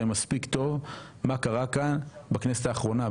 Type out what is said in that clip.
מספיק טוב מה קרה כאן בכנסת האחרונה,